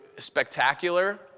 spectacular